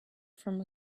from